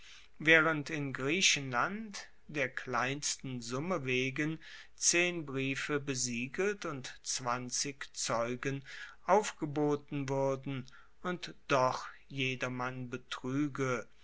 waehrend in griechenland der kleinsten summe wegen zehn briefe besiegelt und zwanzig zeugen aufgeboten wuerden und doch jedermann betruege